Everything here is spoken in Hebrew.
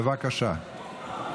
בבקשה.